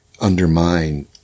undermine